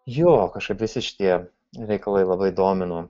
jo kažkaip visi šitie reikalai labai domino